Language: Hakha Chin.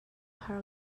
har